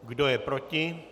Kdo je proti?